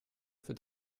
für